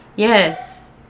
Yes